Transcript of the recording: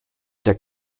der